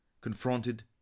confronted